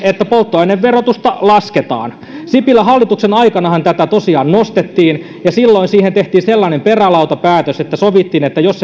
että polttoaineverotusta lasketaan sipilän hallituksen aikanahan tätä tosiaan nostettiin ja silloin siihen tehtiin sellainen perälautapäätös että sovittiin että jos